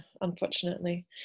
unfortunately